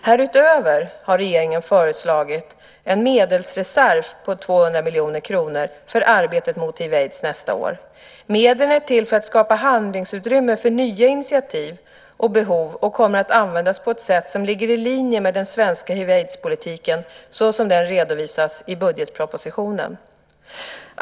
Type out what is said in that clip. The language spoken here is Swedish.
Härutöver har regeringen föreslagit en medelsreserv på 200 miljoner kronor för arbetet mot hiv aids-politiken så som den redovisas i budgetpropositionen.